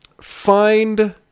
find